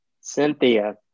Cynthia